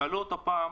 שאלו אותו פעם: